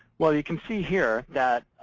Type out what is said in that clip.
well, you can see here that